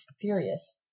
furious